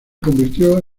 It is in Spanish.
convirtió